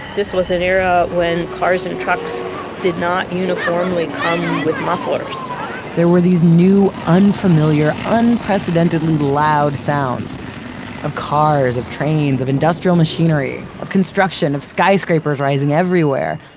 this was an era when cars and trucks did not uniformly come with mufflers there were these new, unfamiliar, unprecedentedly loud sounds of cars, of trains, of industrial machinery, of construction, of skyscrapers rising everywhere.